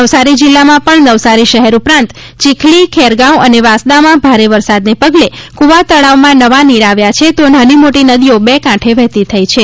નવસારી જિલ્લામાં પજ઼ નવસારી શહેર ઉપરાંત ચિખલી ખેરગાંવ અને વાંસદામાં ભારે વરસાદને પગલે કૂવા તળાવમાં નવા નીર આવ્યા છે તો નાનીમોટી નદીઓ બે કાંઠે વહેતી થઇ છે